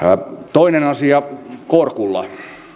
toinen asia kårkulla